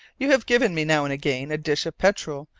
you have given me now and again a dish of petrel,